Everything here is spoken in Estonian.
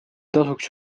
tasuks